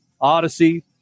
Odyssey